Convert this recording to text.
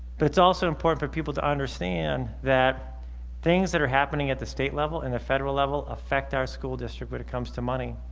but it's also important for people to understand that things that are happening at the state level and the federal level affect our school district when it comes to money.